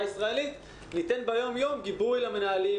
ישראלית ניתן ביום-יום גיבוי למנהלים.